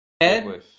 Ed